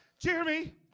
Jeremy